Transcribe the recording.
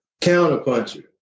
counterpuncher